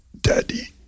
Daddy